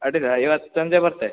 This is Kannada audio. ಅಡ್ಡಿಲ್ಲ ಇವತ್ತು ಸಂಜೆ ಬರುತ್ತೆ